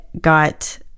got